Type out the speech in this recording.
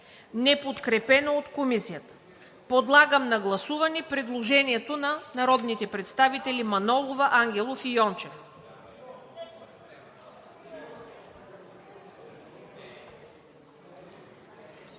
неподкрепено от Комисията. Подлагам на гласуване предложението на народните представители Манолова, Ангелов и Йончев.